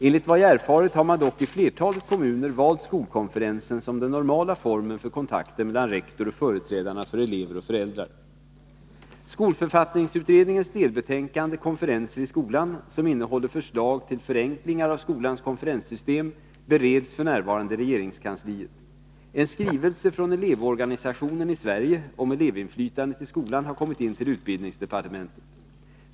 Enligt vad jag erfarit har man dock i flertalet kommuner valt skolkonferensen som den normala formen för kontakter mellan rektor och företrädarna för elever och föräldrar. Skolförfattningsutredningens delbetänkande Konferenser i skolan, som innehåller förslag till förenklingar av skolans konferenssystem, bereds f. n. i regeringskansliet. En skrivelse från Elevorganisationen i Sverige om elevinflytandet i skolan har kommit in till utbildningsdepartementet.